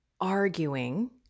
arguing